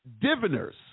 diviners